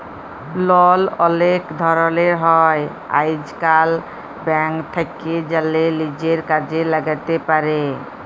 লল অলেক ধরলের হ্যয় আইজকাল, ব্যাংক থ্যাকে জ্যালে লিজের কাজে ল্যাগাতে পার